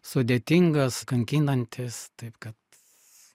sudėtingas kankinantis taip kad